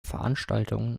veranstaltungen